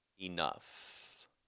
enough